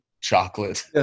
chocolate